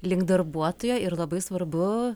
link darbuotojo ir labai svarbu